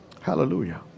Hallelujah